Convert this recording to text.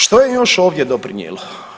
Što je još ovdje doprinijelo?